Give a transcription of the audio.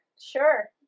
sure